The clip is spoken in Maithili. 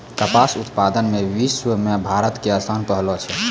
कपास उत्पादन मॅ विश्व मॅ भारत के स्थान पहलो छै